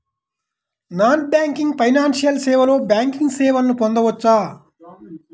Non banking financial సేవలో banking సేవలను పొందవచ్చా?